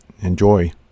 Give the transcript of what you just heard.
Enjoy